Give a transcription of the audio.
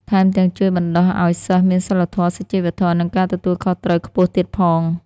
ថែមទាំងជួយបណ្តុះឲ្យសិស្សមានសីលធម៌ សុជីវធម៌ និងការទទួលខុសត្រូវខ្ពស់ទៀតផង។